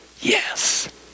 yes